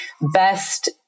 best